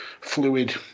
fluid